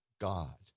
God